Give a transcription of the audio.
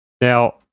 now